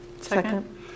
Second